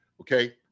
Okay